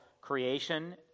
creation